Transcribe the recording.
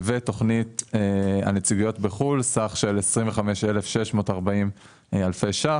תוכנית הנציגויות בחו"ל, סך של 25,640 אלפי שקלים